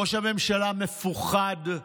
ראש הממשלה מפוחד,